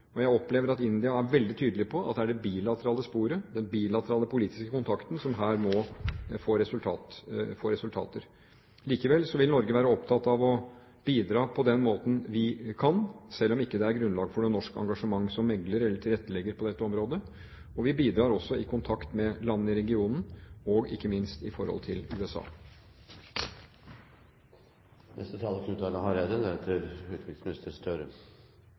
Jeg opplever at India er veldig tydelig på at det er det bilaterale sporet, den bilaterale politiske kontakten, som her må få resultater. Likevel vil Norge være opptatt av å bidra på den måten vi kan, selv om det ikke er grunnlag for noe norsk engasjement som megler eller tilrettelegger på dette området. Vi bidrar også i kontakt med landene i regionen, og ikke minst i forhold til USA.